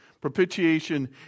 Propitiation